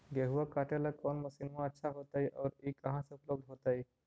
गेहुआ काटेला कौन मशीनमा अच्छा होतई और ई कहा से उपल्ब्ध होतई?